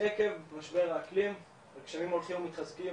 עקב משבר האקלים הגשמים הולכים ומתחזקים,